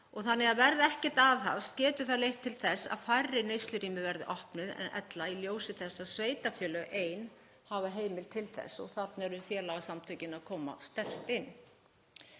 Þannig að verði ekkert aðhafst getur það leitt til þess að færri neyslurými verði opnuð en ella í ljósi þess að sveitarfélög ein hafa heimild til þess. Og þarna eru félagasamtökin að koma sterkt inn.